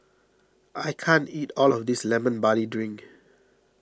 I can't eat all of this Lemon Barley Drink